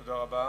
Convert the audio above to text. תודה רבה.